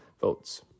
Votes